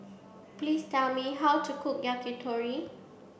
please tell me how to cook Yakitori